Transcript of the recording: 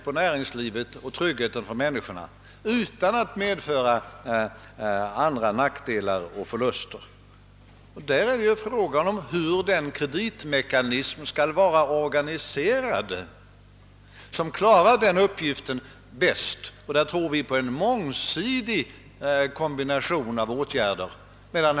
Jag vet inte om regeringen tänker ta detta kapital från andra användningsområden och vilka dessa i så fall är på längre sikt. 25-procentsavgiften är ju ett 18-månadersarrangemang.